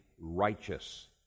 righteous